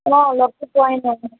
অঁ লগতো পোৱাই নাই